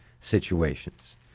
situations